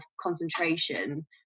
concentration